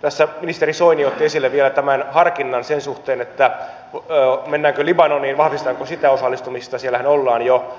tässä ministeri soini otti esille vielä tämän harkinnan sen suhteen mennäänkö libanoniin vahvistetaanko sitä osallistumista siellähän ollaan jo